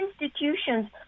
institutions